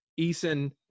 Eason